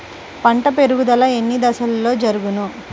పంట పెరుగుదల ఎన్ని దశలలో జరుగును?